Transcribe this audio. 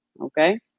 okay